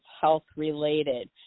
health-related